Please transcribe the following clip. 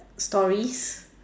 stories